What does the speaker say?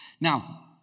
Now